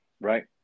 right